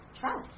Trust